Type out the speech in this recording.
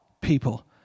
people